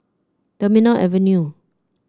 Terminal Avenue